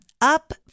up